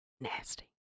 nasty